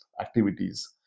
activities